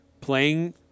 playing